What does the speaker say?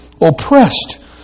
oppressed